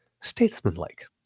statesmanlike